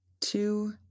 two